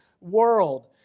world